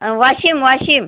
Washim Washim